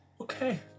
Okay